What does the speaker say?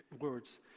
words